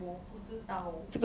我不知道